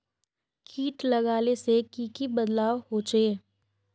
किट लगाले से की की बदलाव होचए?